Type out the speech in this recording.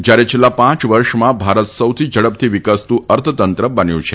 જ્યારે છેલ્લા પાંચ વર્ષમાં ભારત સૌથી ઝડપથી વિકસતું અર્થતંત્ર બન્યું છે